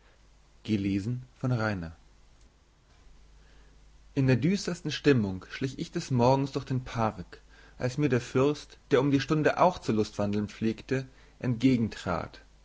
in der düstersten stimmung schlich ich des morgens durch den park als mir der fürst der um die stunde auch zu lustwandeln pflegte